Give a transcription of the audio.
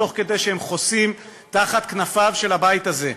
תוך כדי שהם חוסים תחת כנפיו של הבית הזה.